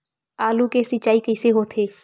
आलू के सिंचाई कइसे होथे?